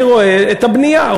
אני רואה את הבנייה.